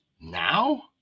now